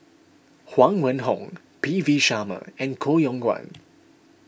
Huang Wenhong P V Sharma and Koh Yong Guan